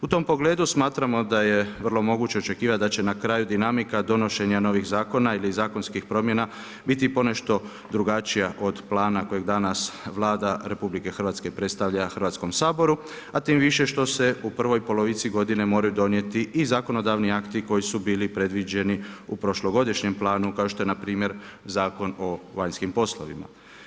U tom pogledu smatramo da je vrlo moguće očekivati da će na kraju dinamika donošenja novih zakona ili zakonskih promjena, biti ponešto drugačija od plana kojeg danas Vlada RH, predstavlja Hrvatskom saboru, a tim više što se u prvoj polovici godine moraju donijeti i zakonodavni akti koji su bili predviđeni u prošlogodišnjem planu, kao što je npr. Zakon o vanjskim poslovima.